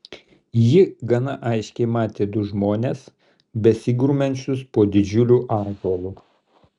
ji gana aiškiai matė du žmones besigrumiančius po didžiuliu ąžuolu